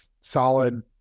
solid